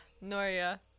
Noria